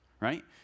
right